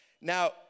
Now